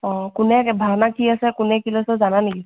অ কোনে ভাওনা কি আছে কোনে কি লৈছে জানা নেকি